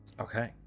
Okay